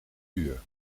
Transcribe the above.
uur